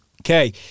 Okay